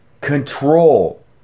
control